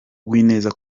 uwineza